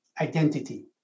identity